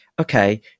okay